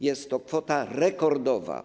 Jest to kwota rekordowa.